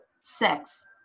sex